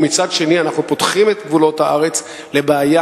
ומצד שני אנחנו פותחים את גבולות הארץ לבעיה